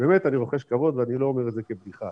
ובאמת אני רוחש כבוד ואני לא אומר את זה כבדיחה,